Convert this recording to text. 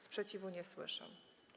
Sprzeciwu nie słyszę.